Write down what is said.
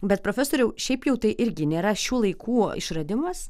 bet profesoriau šiaip jau tai irgi nėra šių laikų išradimas